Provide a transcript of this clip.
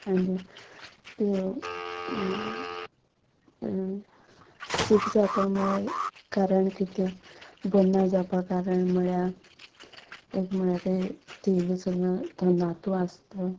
आनी त्यो सीख जावपा म्हळ्यार कारण कितें बरी ना जावपा कारण म्हळ्यार एक म्हळ्यार ते तिये जो नातू आसा तो